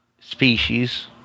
species